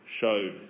showed